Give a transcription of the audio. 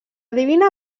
divina